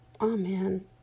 Amen